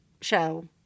show